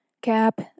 Cap